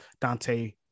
dante